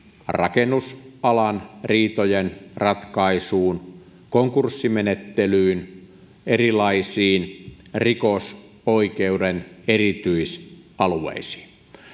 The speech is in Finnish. rakennusalan riitojen ratkaisuun konkurssimenettelyyn erilaisiin rikosoikeuden erityisalueisiin